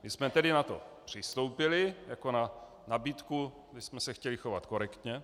My jsme na to přistoupili jako na nabídku, že jsme se chtěli chovat korektně.